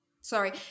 Sorry